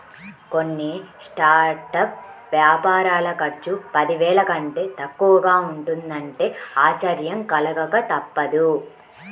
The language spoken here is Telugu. కొన్ని స్టార్టప్ వ్యాపారాల ఖర్చు పదివేల కంటే తక్కువగా ఉంటున్నదంటే ఆశ్చర్యం కలగక తప్పదు